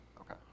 Okay